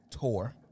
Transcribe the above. tour